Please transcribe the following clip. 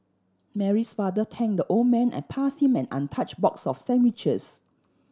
Mary's father thanked the old man and passed him an untouched box of sandwiches